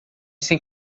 sem